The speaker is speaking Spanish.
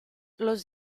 los